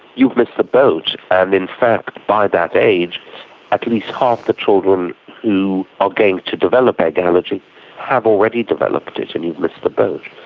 you've missed the boat and in fact by that age at least half the children who are going to develop an egg allergy have already developed it and you've missed the boat,